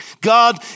God